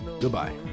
Goodbye